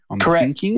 Correct